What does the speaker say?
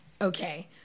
okay